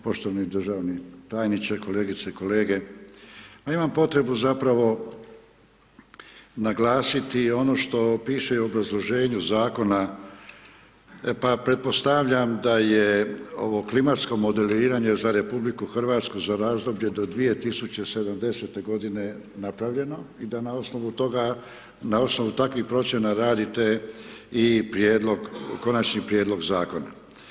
Poštovani državni tajniče, kolegice i kolege, ja imam potrebu zapravo naglasiti ono što piše i u obrazloženju Zakona, pa pretpostavljam da je ovo klimatsko modeliranje za RH za razdoblje do 2070.-te godine napravljeno i da na osnovu toga, na osnovu takvih procjena radite i prijedlog, Konačni prijedlog Zakona.